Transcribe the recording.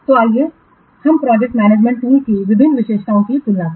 तो आइए हम प्रोजेक्ट मैनेजमेंट टूलों की विभिन्न विशेषताओं की तुलना करें